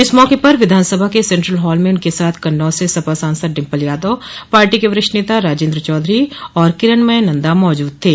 इस मौके पर विधानसभा के सेन्ट्रल हाल में उनके साथ कन्नौज से सपा सांसद डिम्पल यादव पार्टी के वरिष्ठ नेता राजेन्द्र चौधरी किरनमय नन्दा मौजूद थे